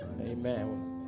Amen